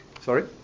Sorry